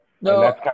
No